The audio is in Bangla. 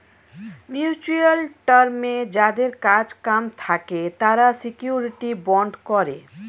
মিউচুয়াল টার্মে যাদের কাজ কাম থাকে তারা শিউরিটি বন্ড করে